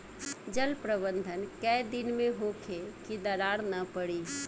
जल प्रबंधन केय दिन में होखे कि दरार न पड़ी?